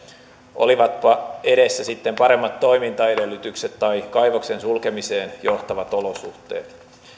olivatpa edessä sitten paremmat toimintaedellytykset tai kaivoksen sulkemiseen johtavat olosuhteet